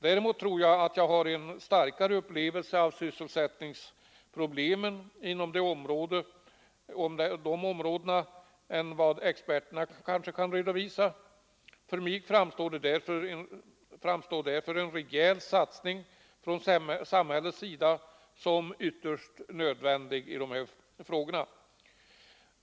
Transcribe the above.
Däremot tror jag, att jag har en starkare upplevelse av sysselsättningsproblemen inom området än vad experterna kan redovisa. För mig framstår därför en rejäl satsning från samhällets sida som ytterst nödvändig i detta avseende.